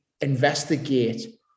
investigate